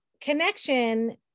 connection